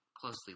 closely